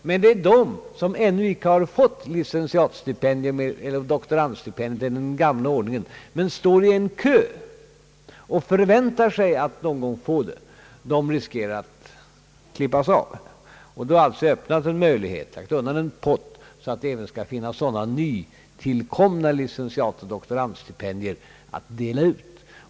Men de som ännu icke har fått licentiateller doktorandstipendium enligt den gamla ordningen utan står i kö och förväntar sig att någon gång få det, riskerar att klippas av. Nu har det alltså öppnats en möjlighet, man har lagt undan en pott så att det även skall finnas sådana nytillkommande licentiat och doktorandstipendier att dela ut.